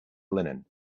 linen